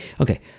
Okay